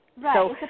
right